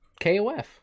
KOF